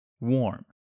warm